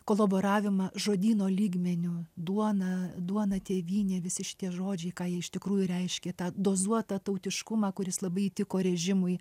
kolaboravimą žodyno lygmeniu duona duona tėvynė visi šitie žodžiai ką jie iš tikrųjų reiškia tą dozuotą tautiškumą kuris labai tiko režimui